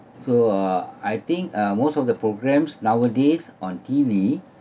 so uh I think uh most of the programmes nowadays on T_V